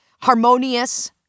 harmonious